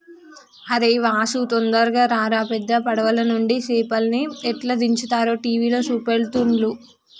అరేయ్ వాసు తొందరగా రారా పెద్ద పడవలనుండి చేపల్ని ఎట్లా దించుతారో టీవీల చూపెడుతుల్ను